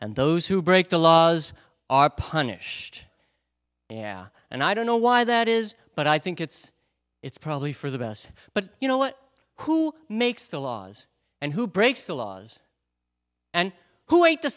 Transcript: and those who break the law are punished yeah and i don't know why that is but i think it's it's probably for the best but you know what who makes the laws and who breaks the laws and who ate the